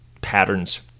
patterns